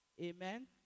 Amen